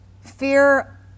Fear